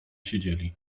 siedzieli